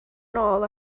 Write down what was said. nôl